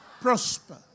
Prosper